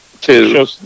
Two